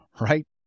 right